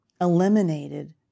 eliminated